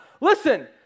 listen